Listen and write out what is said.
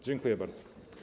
Dziękuję bardzo.